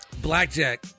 Blackjack